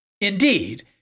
Indeed